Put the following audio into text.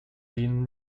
been